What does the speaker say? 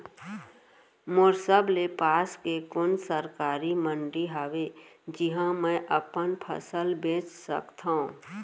मोर सबले पास के कोन सरकारी मंडी हावे जिहां मैं अपन फसल बेच सकथव?